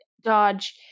Dodge